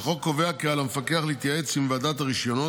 החוק קובע כי על המפקח להתייעץ עם ועדת הרישיונות,